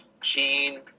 Gene